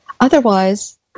Otherwise